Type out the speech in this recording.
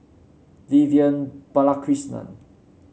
Vivian Balakrishnan